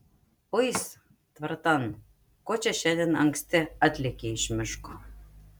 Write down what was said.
uis tvartan ko čia šiandien anksti atlėkei iš miško